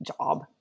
job